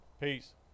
Peace